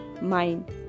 mind